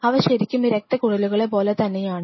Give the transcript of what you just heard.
അവ ശരിക്കും ഈ രക്തക്കുഴലുകളെ പോലെ തന്നെയാണ്